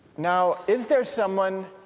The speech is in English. now is there someone